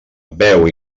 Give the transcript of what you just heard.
beu